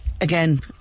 Again